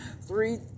three